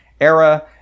era